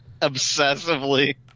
Obsessively